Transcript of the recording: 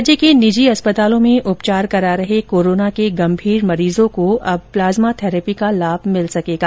राज्य के निजी चिकित्सालय में उपचार करा रहे कोरोना के गंभीर मरीजों को अब प्लाज्मा थेरेपी का लाभ मिल सकेगा